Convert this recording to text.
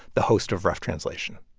the host of rough translation